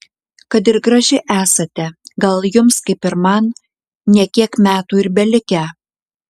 kad ir graži esate gal jums kaip ir man ne kiek metų ir belikę